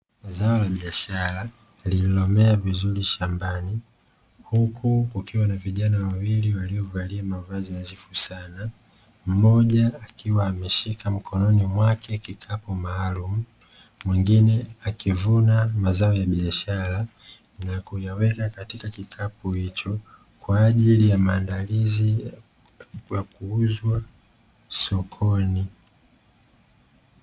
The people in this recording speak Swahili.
Zao la biashra lililomea vizuri shambani uku kukiwa na vijana wawili waliovalia mavazi nadhifu sana, mmoja akiwa ameshika mkononi mwake kikapo maalumu mwingine akivunama zao ya biashara na kuyaweka katika kikapo hicho kwaaajili ya maandalizi ya kuuzwa sokoni.